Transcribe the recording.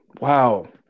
Wow